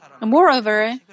Moreover